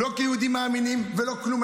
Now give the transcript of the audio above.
לא כיהודים מאמינים ולא כלום,